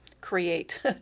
create